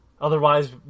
Otherwise